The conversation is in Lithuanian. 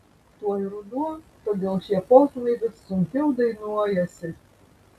tuoj ruduo todėl šie posmai vis sunkiau dainuojasi